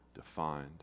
Defined